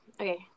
Okay